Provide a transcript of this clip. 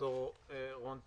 ד"ר רון תומר.